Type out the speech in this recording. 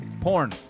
Porn